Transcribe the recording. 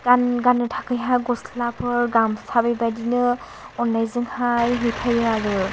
गान्नो थाखैहाय गस्लाफोर गामसा बेबायदिनो अन्नायजोंहाय हैफायो आरो